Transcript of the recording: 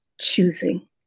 choosing